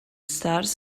stars